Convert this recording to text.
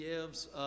gives